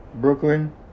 Brooklyn